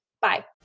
Bye